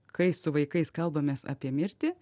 kai su vaikais kalbamės apie mirtį